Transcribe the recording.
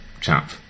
chap